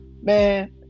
Man